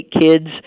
kids